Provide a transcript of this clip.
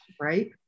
right